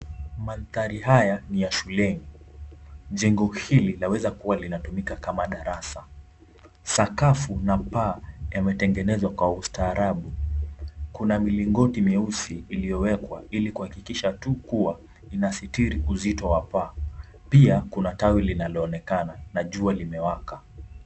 Mandhari haya ni ya shuleni. Jengo hili laweza kuwa linatumika kama madarasa. Sakafu na paa yametengenezwa kwa ustarabu. Kuna milingoti mieusi, iliyowekwa ili kuhakikisha tu kuwa inasitili uzito wa paa. Pia kuna tawi linaonekana na jua limewaka.